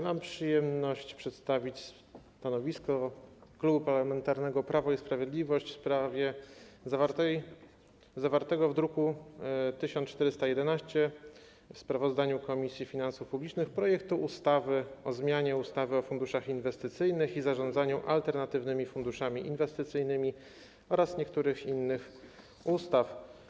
Mam przyjemność przedstawić stanowisko Klubu Parlamentarnego Prawo i Sprawiedliwość wobec zawartego w druku nr 1411 sprawozdania Komisji Finansów Publicznych o projekcie ustawy o zmianie ustawy o funduszach inwestycyjnych i zarządzaniu alternatywnymi funduszami inwestycyjnymi oraz niektórych innych ustaw.